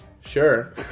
sure